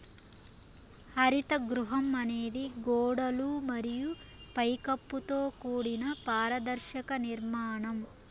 హరిత గృహం అనేది గోడలు మరియు పై కప్పుతో కూడిన పారదర్శక నిర్మాణం